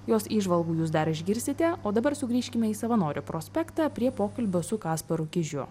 jos įžvalgų jūs dar išgirsite o dabar sugrįžkime į savanorių prospektą prie pokalbio su kasparu kižiu